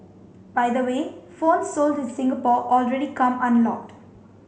by the way phones sold in Singapore already come unlocked